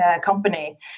company